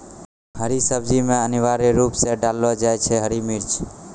हर सब्जी मॅ अनिवार्य रूप सॅ डाललो जाय छै हरी मिर्च